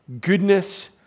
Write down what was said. goodness